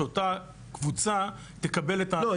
שאותה קבוצה תקבל את ה- -- לא,